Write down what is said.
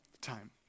time